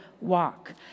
walk